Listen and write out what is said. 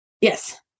yes